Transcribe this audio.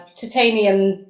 titanium